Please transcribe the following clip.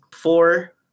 four